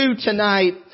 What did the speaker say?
tonight